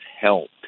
helped